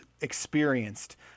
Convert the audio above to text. experienced